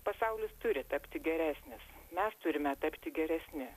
pasaulis turi tapti geresnis mes turime tapti geresni